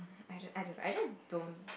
I don't~ I don't I just don't